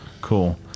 cool